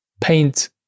paint